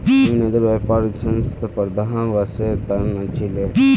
विनोदेर व्यापार ऋण पंद्रह वर्षेर त न छिले